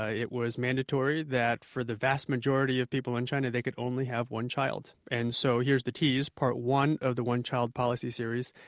ah it was mandatory that for the vast majority of people in china, they could only have one child. and so here's the tease part one of the one-child policy series,